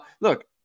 look